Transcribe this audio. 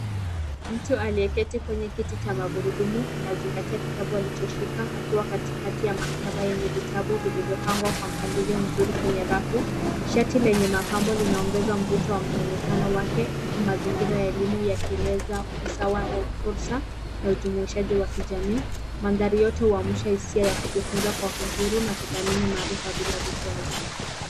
Mtu aliyeketi kwenye kiti cha magurudumu anazingatia kitabu alichoshika akiwa katika maktaba yenye vitabu vilivyopangwa kwa mpanglio mzuri kwenye rafu. Shati lenye mapambo linaongeza mvuto wa mwonekano wake huku mazingira ya elimu yakieleza usawa wa fursa na ujumuishaji wa kijamii. Mandhari yote huamsha hisia ya kujifunza kwa uhuru na kudhamini maarifa bila vikwazo.